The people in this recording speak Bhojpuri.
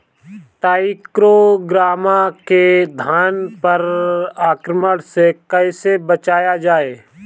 टाइक्रोग्रामा के धान पर आक्रमण से कैसे बचाया जाए?